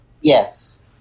Yes